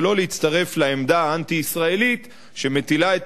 ולא להצטרף לעמדה האנטי-ישראלית שמטילה את